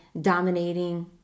dominating